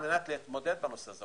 כדי להתמודד עם הנושא הזה,